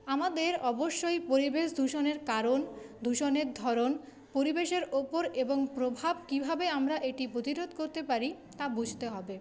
আমাদের অবশ্যই পরিবেশ দূষণের কারণ দূষণের ধরন পরিবেশের উপর এবং প্রভাব কীভাবে আমরা এটি প্রতিরোধ করতে পারি তা বুঝতে হবে